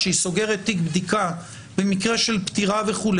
כשהיא סוגרת תיק בדיקה במקרה של פטירה וכו',